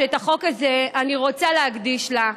שאת החוק הזה אני רוצה להקדיש לה,